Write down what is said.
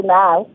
now